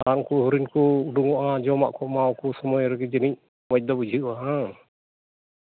ᱛᱟᱝ ᱠᱚ ᱦᱚᱨᱤᱱ ᱠᱚ ᱩᱰᱩᱝ ᱚᱜᱼᱟ ᱡᱚᱢ ᱢᱟᱜ ᱠᱚᱢ ᱮᱢᱟᱣᱟᱠᱚ ᱥᱚᱢᱚᱭ ᱨᱮᱜᱮ ᱡᱟᱹᱱᱤᱡ ᱢᱚᱡᱽ ᱫᱚ ᱵᱩᱡᱷᱟᱹᱜᱼᱟ ᱦᱟᱝ